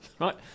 right